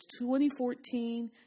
2014